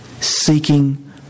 seeking